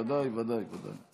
ודאי, ודאי.